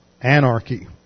anarchy